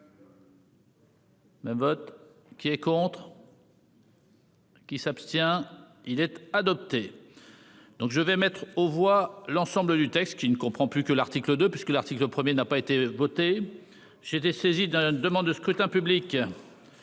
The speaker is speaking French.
Un vote qui est contre. Qui s'abstient-il être adopté. Donc je vais mettre aux voix l'ensemble du texte qui ne comprend plus que l'article de puisque l'article 1er n'a pas été voter. J'ai été saisi d'un une demande de scrutin public.